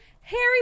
Harry